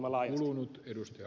arvoisa puhemies